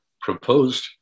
proposed